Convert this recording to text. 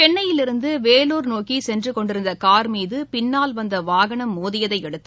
சென்னையிலிருந்து வேலூர் நோக்கி சென்று கொண்டிருந்த கார் மீது பின்னால் வந்த வாகனம் மோதியதை அடுத்து